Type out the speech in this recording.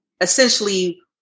essentially